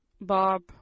Bob